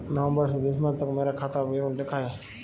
नवंबर से दिसंबर तक का मेरा खाता विवरण दिखाएं?